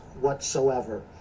whatsoever